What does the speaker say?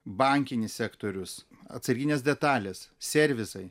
bankinis sektorius atsarginės detalės servisai